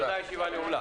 תודה רבה, הישיבה נעולה.